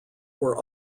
were